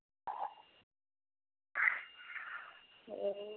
वह